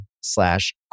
slash